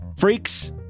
Freaks